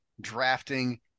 drafting